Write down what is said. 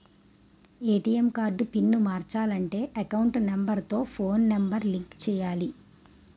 ATM card pin మార్చాలంటే account number తో phone number link చేయాలి